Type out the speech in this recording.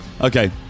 Okay